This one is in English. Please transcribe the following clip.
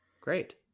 great